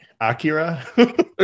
Akira